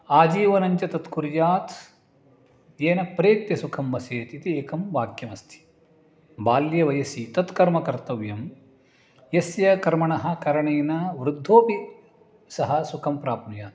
आजीवनञ्च तत्कुर्यात् येन प्रेत्य सुखं वसेत् इति एकं वाक्यमस्ति बाल्ये वयसि तत्कर्मकर्तव्यं यस्य कर्मणः करणेन वृद्धोपि सः सुखं प्राप्नुयात्